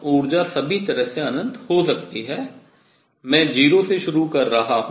ऊर्जा सभी तरह से अनंत तक हो सकती है I मैं 0 से शुरू कर रहा हूँ